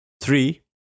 three